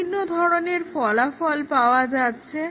বিভিন্ন ধরনের ফলাফল পাওয়া যাচ্ছে